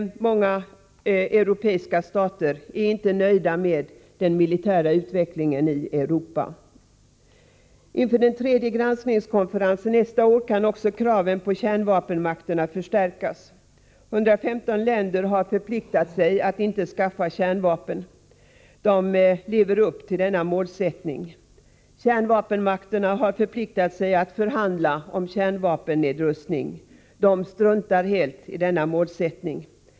Många europeiska stater är dock missnöjda med den militära utvecklingen i Europa. Inför den tredje granskningskonferensen nästa år kan också kraven på kärnvapenmakterna förstärkas. 115 länder har förpliktat sig att inte skaffa kärnvapen. De lever upp till denna målsättning. Kärnvapenmakterna har förpliktat sig att förhandla om kärnvapennedrustning. De struntar helt i den målsättningen.